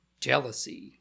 Jealousy